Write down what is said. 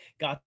Got